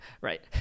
right